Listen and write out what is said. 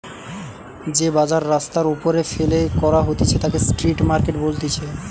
যে বাজার রাস্তার ওপরে ফেলে করা হতিছে তাকে স্ট্রিট মার্কেট বলতিছে